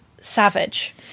savage